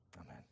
amen